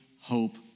hope